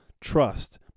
Trust